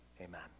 Amen